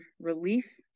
relief